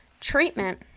Treatment